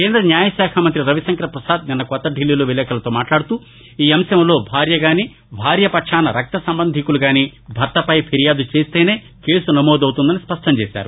కేంద్ర న్యాయ శాఖా మంత్రి రవిశంకర పసాద్ నిన్న కొత్త ఢిల్లీలో విలేఖరులతో మాట్లాదుతూ ఈ అంశంలో భార్యగాని భార్యపక్షాన రక్తసంబంధీకులుగాని భర్తపై ఫిర్యాదుచేస్తేనే కేసు నమోదు అవుతుందని స్పష్టంచేశారు